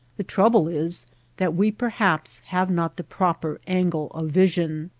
the trouble is that we perhaps have not the prop er angle of vision.